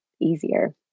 easier